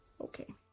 Okay